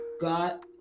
God